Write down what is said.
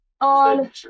on